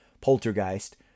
Poltergeist